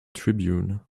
tribune